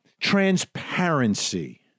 transparency